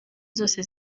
zose